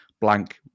blank